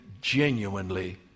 genuinely